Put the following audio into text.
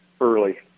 early